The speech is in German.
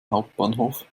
hauptbahnhof